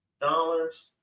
Dollars